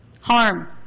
harm